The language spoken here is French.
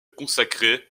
consacré